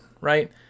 right